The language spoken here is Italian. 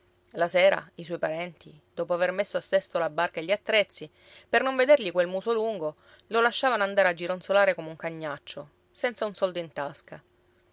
la sera i suoi parenti dopo aver messo a sesto la barca e gli attrezzi per non vedergli quel muso lungo lo lasciavano andare a gironzolare come un cagnaccio senza un soldo in tasca